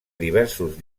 diversos